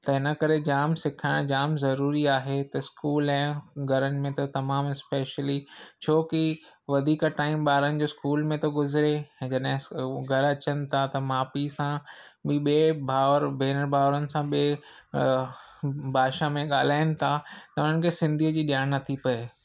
त हिन करे जाम सिखारणु जामु ज़रूरी आहे त स्कूल ऐं घरनि में त तमामु स्पेशली छोकी वधीक टाइम ॿारनि जो स्कूल में थो गुज़िरे ऐं जॾहिं हू घरु अचनि था त माउ पीउ सां ॿिए भाउर भेण भाउरनि सां ॿी भाषा में ॻाल्हाइनि था त उन्हनि खे सिंधी जी ॼाण नथी पए